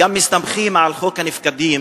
וגם מסתמכים על חוק הנפקדים-נוכחים,